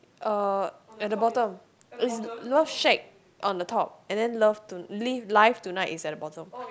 uh at the bottom is love shack on the top and then love to live life tonight is at the bottom